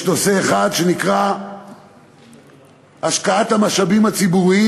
יש נושא אחד שנקרא השקעת המשאבים הציבוריים